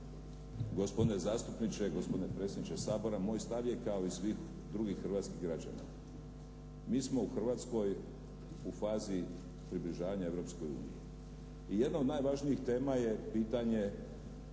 Gospodine zastupniče, gospodine predsjedniče Sabora. Moj stav je kao i svih drugih hrvatskih građana. Mi smo u Hrvatskoj u fazi približavanja Europskoj uniji. I jedno od najvažnijih tema je pitanje